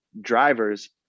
drivers